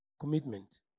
commitment